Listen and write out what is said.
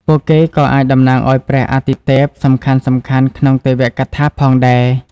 ពួកគេក៏អាចតំណាងឱ្យព្រះអាទិទេពសំខាន់ៗក្នុងទេវកថាផងដែរ។